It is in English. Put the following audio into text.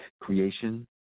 Creation